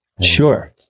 Sure